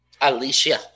Alicia